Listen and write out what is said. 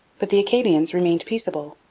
but the acadians remained peaceable.